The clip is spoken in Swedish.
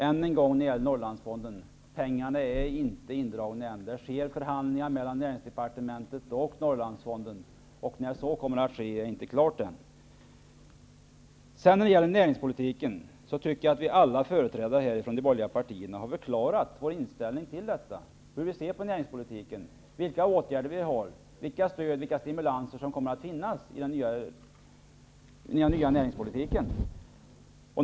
Herr talman! När det gäller Norrlandsfonden vill jag än en gång säga: Pengarna är ännu inte indragna. Det sker förhandlingar mellan näringsdepartementet och Norrlandsfonden. När så kommer att ske är ännu inte klart. När det sedan gäller näringspolitiken anser jag att alla vi företrädare för de borgerliga partierna har förklarat vår inställning, hur vi ser på näringspolitiken, vilka åtgärder vi föreslår och vilka stöd och stimulanser som kommer att finnas i den nya näringpolitiken.